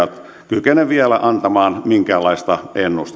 kykene vielä antamaan minkäänlaista ennustetta